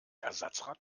ersatzrad